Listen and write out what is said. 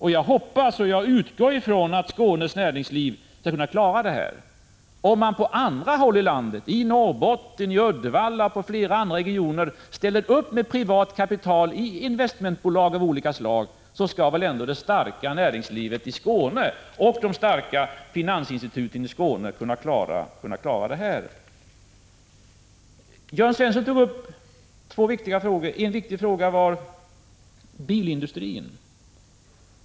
Och jag hoppas och utgår ifrån att Skånes näringsliv skall kunna klara detta. Om man på andra håll i landet — i Norrbotten, i Uddevalla och i flera andra regioner — ställer upp med privat kapital i investmentbolag av olika slag, så skall väl ändå det starka näringslivet i Skåne och de starka finansinstituten i Skåne kunna klara det här. Jörn Svensson tog upp två viktiga frågor. En av dem gällde bilindustrin.